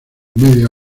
media